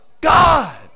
God